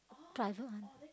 private one